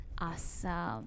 awesome